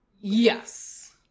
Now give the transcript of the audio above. Yes